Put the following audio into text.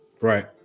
right